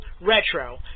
Retro